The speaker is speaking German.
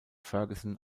ferguson